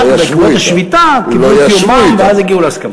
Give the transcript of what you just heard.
רק בעקבות השביתה הם קיבלו את יומם ואז הגיעו להסכמה.